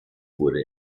wurde